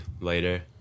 later